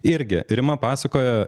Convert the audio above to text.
irgi rima pasakojo